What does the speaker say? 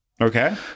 Okay